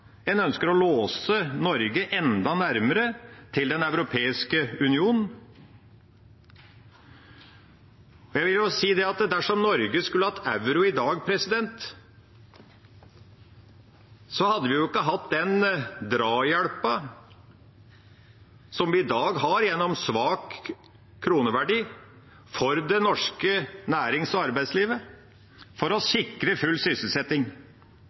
En ønsker å låse Norge enda nærmere til Den europeiske union. Jeg vil si at dersom Norge skulle ha hatt euro i dag, hadde vi ikke hatt den drahjelpen som vi i dag har gjennom svak kroneverdi, for det norske nærings- og arbeidslivet, for å sikre full sysselsetting.